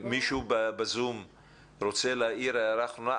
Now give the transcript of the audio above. מישהו בזום רוצה להעיר הערה אחרונה?